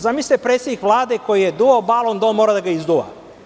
Zamislite, predsednik Vlade koji je duvao balon, da on mora da ga izduva.